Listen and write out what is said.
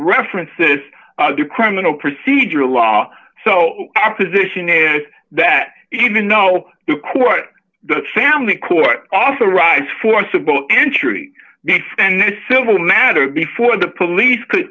references to criminal procedure law so opposition is that even though the court the family court authorize forcible entry and a civil matter before the police could